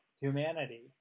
humanity